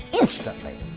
Instantly